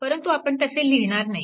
परंतु आपण तसे लिहिणार नाही